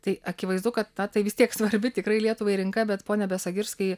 tai akivaizdu kad na tai vis tiek svarbi tikrai lietuvai rinka bet pone besagirskai